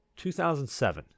2007